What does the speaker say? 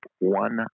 one